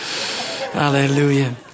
Hallelujah